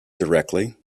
directly